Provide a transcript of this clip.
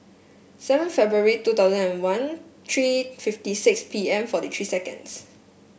seven February two thousand and one three fifty six P M forty three seconds